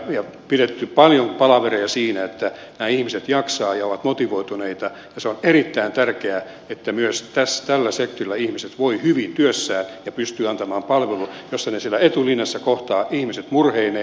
on pidetty paljon palavereja siitä että nämä ihmiset jaksavat ja ovat motivoituneita ja se on erittäin tärkeää että myös tällä sektorilla ihmiset voivat hyvin työssään ja pystyvät antamaan palvelua jossa he siellä etulinjassa kohtaavat ihmiset murheineen